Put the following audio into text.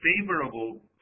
favorable